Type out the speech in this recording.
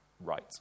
right